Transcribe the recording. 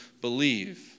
believe